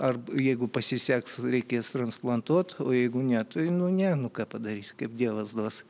ar jeigu pasiseks reikės transplantuot o jeigu ne tai nu ne nu ką padarysi kaip dievas duos